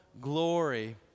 glory